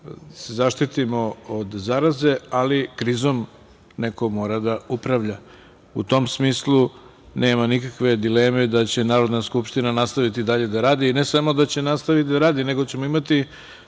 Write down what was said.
da se zaštitimo od zaraze, ali krizom neko mora da upravlja.U tom smislu, nema nikakve dileme da će Narodna skupština nastaviti dalje da radi i ne samo da će nastaviti da radi, nego ćemo imati